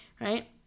right